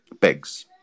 pegs